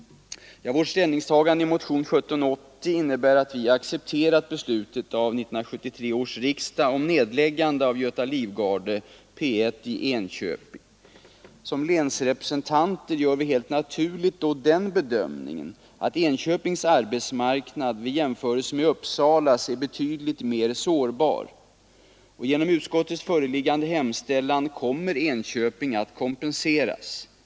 Vårt ställningstagande i motionen 1780 innebär att vi accepterat beslutet av 1973 års riksdag om nedläggning av Göta livgarde — P 1 — i Enköping. Som länsrepresentanter gör vi helt naturligt då den bedömningen, att Enköpings arbetsmarknad vid jämförelse med Uppsalas är betydligt mer sårbar. Genom utskottets föreliggande hemställan kommer Enköping att kompenseras.